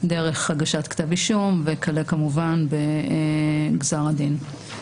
דרך הגשת כתב אישום וכלה בגזר הדין.